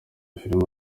filimi